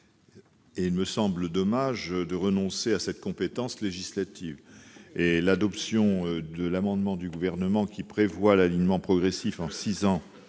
Il me semble dommage de renoncer à cette compétence législative. Par ailleurs, l'adoption de l'amendement du Gouvernement visant à l'alignement progressif en six ans